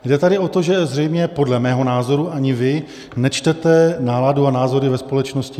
Jde tady o to, že zřejmě podle mého názoru ani vy nečtete náladu a názory ve společnosti.